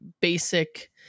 basic